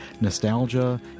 nostalgia